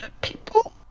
people